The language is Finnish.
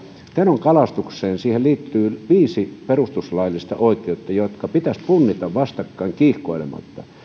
tenon kalastukseen liittyy viisi perustuslaillista oikeutta jotka pitäisi punnita vastakkain kiihkoilematta